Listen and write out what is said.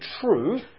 true